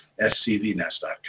scvnest.com